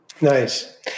Nice